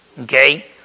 okay